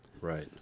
Right